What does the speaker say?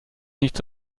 nichts